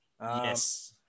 Yes